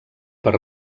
per